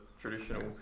traditional